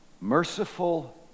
merciful